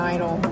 Idol